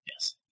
Yes